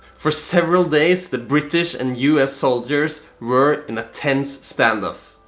for several days, the british and u s. soldiers where in a tense stand off,